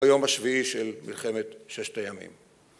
היום השביעי של מלחמת ששת הימים.